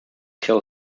kill